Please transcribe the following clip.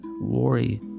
worry